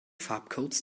farbcodes